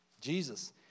Jesus